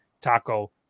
Taco